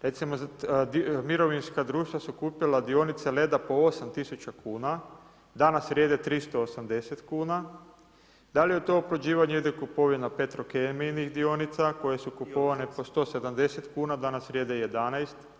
Recimo mirovinska društva su kupila dionice Leda po 8.000 kuna, danas vrijede 380 kuna, da li u to oplođivanje ide kupovina Petrokemijinih dionica koje su kupovane pao 170 kuna danas vrijede 11?